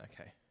Okay